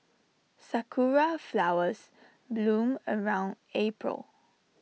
Sakura Flowers bloom around April